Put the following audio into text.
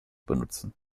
benutzen